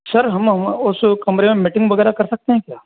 sir हम हम उस कमरे में मीटिंग वगैरह कर सकते हैं क्या